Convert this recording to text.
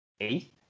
eighth